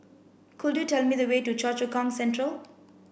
could you tell me the way to Choa Chu Kang Central